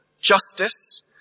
justice